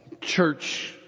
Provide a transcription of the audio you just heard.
church